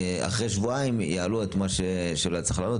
אחרי שבועיים יעלו את מה שלא היה צריך להעלות.